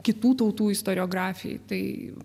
kitų tautų istoriografijai tai